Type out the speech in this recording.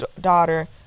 daughter